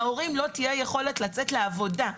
להורים לא תהיה יכולת לצאת לעבודה.